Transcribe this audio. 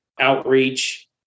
outreach